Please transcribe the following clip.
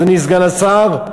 אדוני סגן השר,